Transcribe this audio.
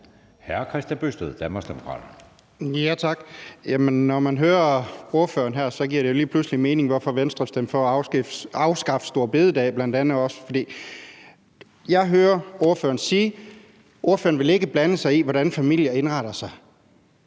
15:55 Kristian Bøgsted (DD): Tak. Når man hører ordføreren her, giver det jo lige pludselig mening, hvorfor Venstre stemte for at afskaffe store bededag. Jeg hører ordføreren sige, at ordføreren ikke vil blande sig i, hvordan familier indretter sig.